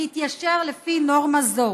להתיישר לפי נורמה זו.